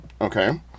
Okay